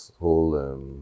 whole